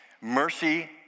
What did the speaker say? mercy